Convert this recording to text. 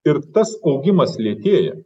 ir tas augimas lėtėja